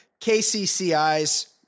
KCCIs